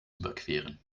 überqueren